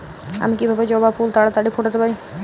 আমি কিভাবে জবা ফুল তাড়াতাড়ি ফোটাতে পারি?